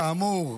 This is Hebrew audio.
כאמור,